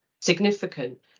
significant